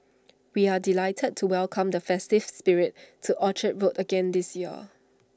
we are delighted to welcome the festive spirit to Orchard road again this year